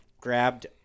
grabbed